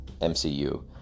MCU